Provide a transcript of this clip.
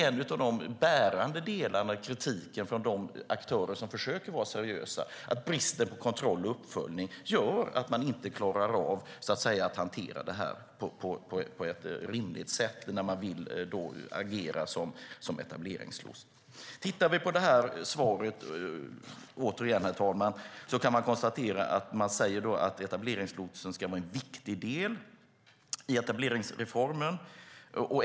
En av de bärande delarna i kritiken från de aktörer som försöker vara seriösa är att bristen på kontroll och uppföljning gör att man inte klarar av att hantera det på ett rimligt sätt när man vill agera som etableringslots. Herr talman! I svaret sägs att etableringslotsen ska vara en viktig del i etableringsreformen.